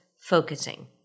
focusing